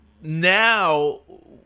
Now